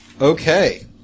Okay